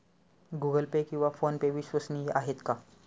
Google Pay किंवा PhonePe विश्वसनीय आहेत का?